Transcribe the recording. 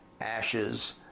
ashes